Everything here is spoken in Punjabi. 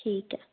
ਠੀਕ ਹੈ